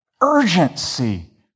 urgency